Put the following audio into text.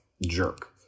jerk